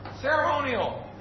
ceremonial